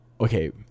okay